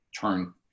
turn